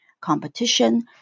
competition